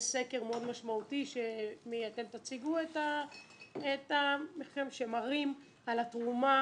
ישנו סקר מאוד משמעותי שאתם תציגו שמצביע על התרומה